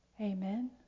Amen